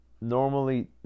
normally